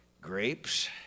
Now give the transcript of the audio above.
grapes